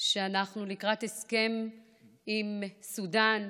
שאנחנו לקראת הסכם עם סודן.